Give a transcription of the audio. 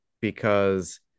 Because-